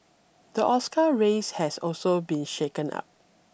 the Oscar race has also been shaken up